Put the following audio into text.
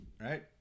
right